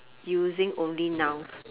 using only nouns